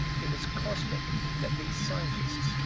it was cosmic that these scientists,